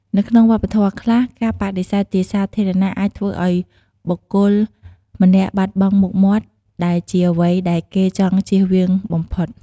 នៅក្នុងវប្បធម៌ខ្លះ ការបដិសេធជាសាធារណៈអាចធ្វើឲ្យបុគ្គលម្នាក់បាត់បង់មុខមាត់ ដែលជាអ្វីដែលគេចង់ជៀសវាងបំផុត។